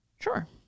Sure